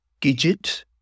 Gidget